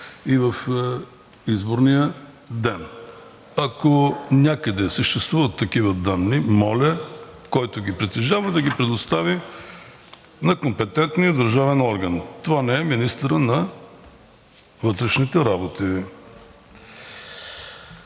и в изборния ден. Ако някъде съществуват такива данни, моля, който ги притежава, да ги предостави на компетентния държавен орган – това не е министърът на вътрешните работи.